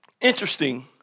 interesting